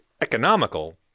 economical